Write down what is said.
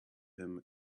him